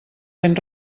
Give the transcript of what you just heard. ben